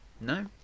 No